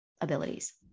abilities